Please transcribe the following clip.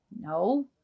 No